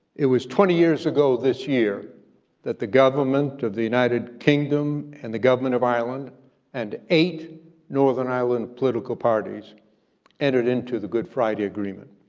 it was twenty years ago this year that the government of the united kingdom and the government of ireland and eight northern ireland political parties entered into the good friday agreement.